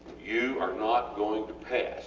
you are not going to pass